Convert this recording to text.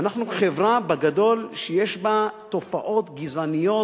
אנחנו חברה, בגדול, שיש בה תופעות גזעניות